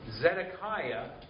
Zedekiah